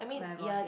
when I volunteer